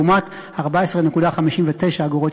לעומת 14.59 אגורות,